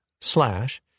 slash